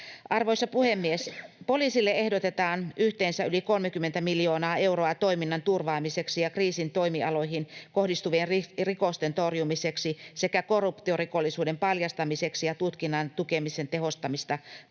Arvoisa puhemies! Poliisille ehdotetaan yhteensä yli 30 miljoonaa euroa toiminnan turvaamiseksi ja kriittisiin toimialoihin kohdistuvien rikosten torjumiseksi sekä korruptiorikollisuuden paljastamiseksi ja tutkinnan tukemisen tehostamista